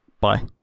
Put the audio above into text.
Bye